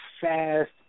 fast